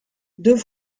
deux